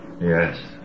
Yes